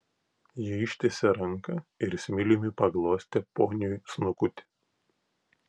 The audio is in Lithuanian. ji ištiesė ranką ir smiliumi paglostė poniui snukutį